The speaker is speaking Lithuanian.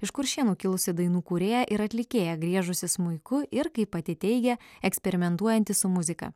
iš kuršėnų kilusi dainų kūrėja ir atlikėja griežusi smuiku ir kaip pati teigia eksperimentuojanti su muzika